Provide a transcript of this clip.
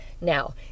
Now